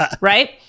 right